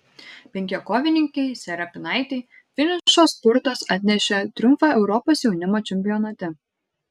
penkiakovininkei serapinaitei finišo spurtas atnešė triumfą europos jaunimo čempionate